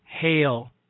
hail